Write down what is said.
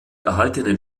erhaltenen